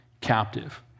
captive